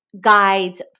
guides